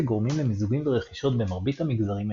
גורמים למיזוגים ורכישות במרבית המגזרים העסקיים.